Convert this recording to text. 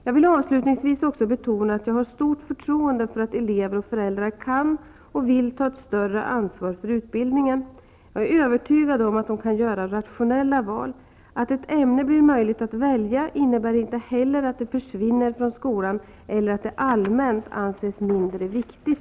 Jag vill avslutningsvis också betona att jag har stort förtroende för att elever och föräldrar kan och vill ta ett större ansvar för utbildningen. Jag är övertygad om att de kan göra rationella val. Att ett ämne blir möjligt att välja innebär inte heller att det försvinner från skolan eller att det allmänt anses mindre viktigt.